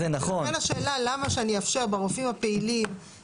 לכן השאלה למה שאני אאפשר ברופאים הפעילים